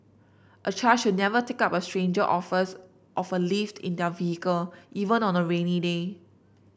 a child should never take up a stranger offers of a lift in their vehicle even on a rainy day